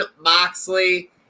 Moxley